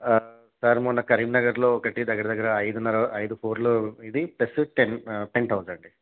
sir మొన్న కరీంనగర్లో ఒకటి దగ్గర దగ్గర అయిదున్నర అయిదు ఫ్లోర్లు ఇది ప్లస్ టెన్ పెంట్ హౌజ్ అండి